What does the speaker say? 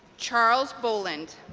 charles boland